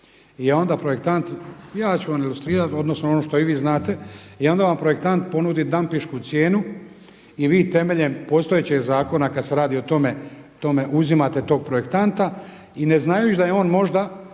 I onda projektant, ja ću vam ilustrirati, odnosno ono što i vi znate i onda vam projektant ponudit dampingšku cijenu i vi temeljem postojećeg zakona kad se radi o tome uzimate tog projektanta i ne znajući da je on možda